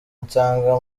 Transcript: nsanga